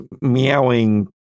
meowing